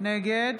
נגד